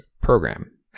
program